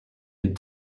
had